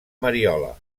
mariola